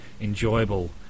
enjoyable